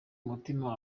mutima